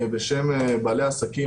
בשם בעלי העסקים.